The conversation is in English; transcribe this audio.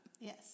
Yes